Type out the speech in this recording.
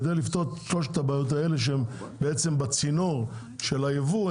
כדי לפתוח את שלושת הבעיות האלה שהם בעצם בצינור של הייבוא,